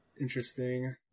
Interesting